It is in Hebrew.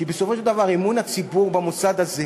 כי בסופו של דבר, אמון הציבור במוסד הזה